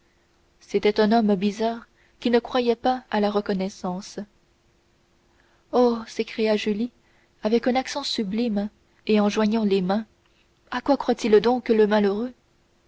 c'était un homme bizarre qui ne croyait pas à la reconnaissance oh s'écria julie avec un accent sublime et en joignant les mains à quoi croit-il donc le malheureux